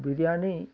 biryani